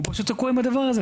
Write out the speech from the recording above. והוא פשוט שקוע עם הדבר הזה,